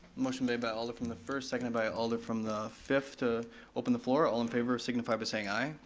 motion made by alder from the first, second by alder from the fifth to open the floor, all in favor, signify by saying aye.